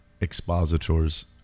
expositors